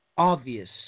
obvious